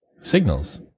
signals